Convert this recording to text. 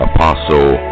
Apostle